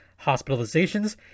hospitalizations